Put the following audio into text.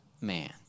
man